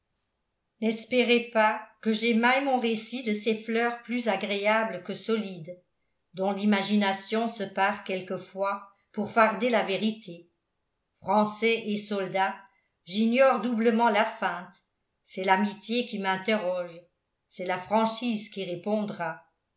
n'espérez pas que j'émaille mon récit de ces fleurs plus agréables que solides dont l'imagination se pare quelquefois pour farder la vérité français et soldat j'ignore doublement la feinte c'est l'amitié qui m'interroge c'est la franchise qui répondra